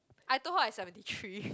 I told her I seventy three